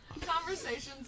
conversations